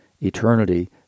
eternity